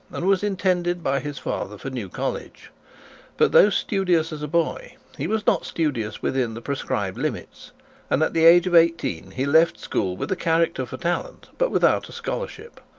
and was intended by his father for new college but though studious as a boy, he was not studious within the prescribed limits and at the age of eighteen he left school with a character for talent, but without a scholarship.